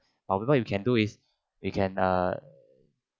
while people you can do is we can err